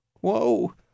whoa